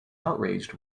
outraged